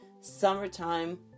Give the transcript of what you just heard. Summertime